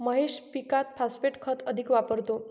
महेश पीकात फॉस्फेट खत अधिक वापरतो